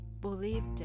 Believed